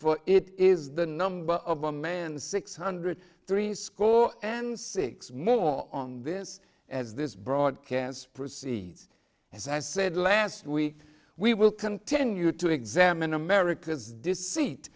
for it is the number of a man six hundred threescore and six more on this as this broadcast proceeds as i said last week we will continue to examine america's deceit